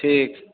ठीक